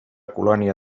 colònia